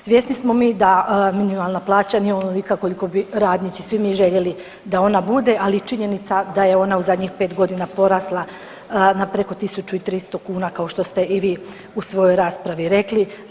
Svjesni smo mi da minimalna plaća nije onolika koliko bi radnici svi mi željeli da ona bude, ali je činjenica da je ona u zadnjih 5.g. porasla na preko 1.300 kuna kao što ste i vi u svojoj raspravi rekli.